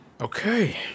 okay